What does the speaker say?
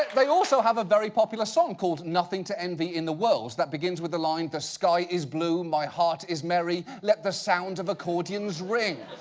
they also have a very popular song called nothing to envy in the world that begins with the line the sky is blue, my heart is merry, let the sound of accordions ring.